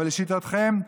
אבל לשיטתכם,